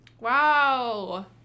Wow